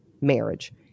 marriage